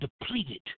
depleted